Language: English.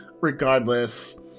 regardless